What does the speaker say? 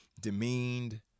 demeaned